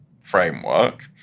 framework